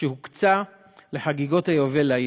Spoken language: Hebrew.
שהוקצה לחגיגות היובל לעיר.